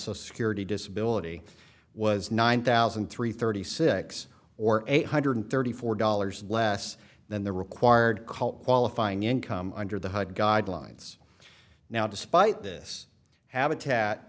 so security disability was nine thousand three thirty six or eight hundred thirty four dollars less than the required cult qualifying income under the hood guidelines now despite this habitat